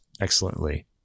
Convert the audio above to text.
excellently